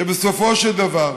שבסופו של דבר,